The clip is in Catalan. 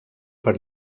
per